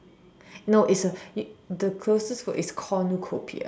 no it's a you the closest word is cornucopia